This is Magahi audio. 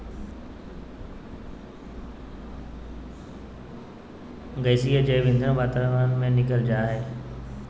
गैसीय जैव ईंधन वातावरण में निकल जा हइ